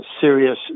serious